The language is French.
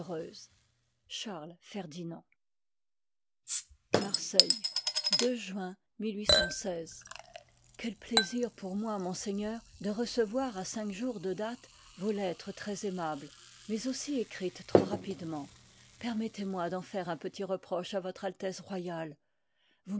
marseille juin quel plaisir pour moi monseigneur de recevoir à cinq jours de date vos lettres très aimables mais aussi écrites trop rapidement permettez moi d'en faire un petit reproche à votre altesse royale